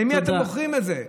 למי אתם מוכרים את זה?